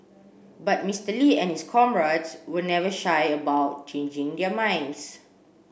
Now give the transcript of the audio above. but Mister Lee and his comrades were never shy about changing their minds